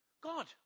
God